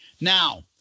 Now